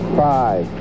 five